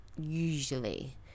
usually